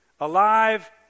Alive